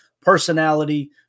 Personality